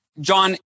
John